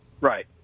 Right